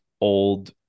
old